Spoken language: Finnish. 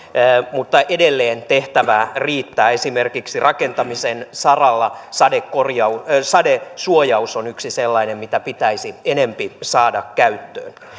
mutta edelleen tehtävää riittää esimerkiksi rakentamisen saralla sadesuojaus sadesuojaus on yksi sellainen mitä pitäisi enempi saada käyttöön